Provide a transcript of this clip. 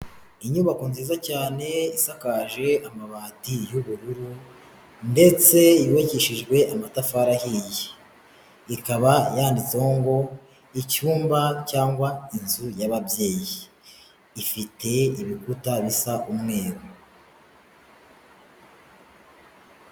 Inyubako nziza cyane, isakaje amabati y'ubururu ndetse yubakishijwe amatafari ahiye. Ikaba yanditseho ngo icyumba cyangwa inzu y'abababyeyi. Ifite ibikuta bisa umweru.